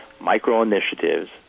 micro-initiatives